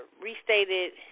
restated